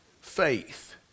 faith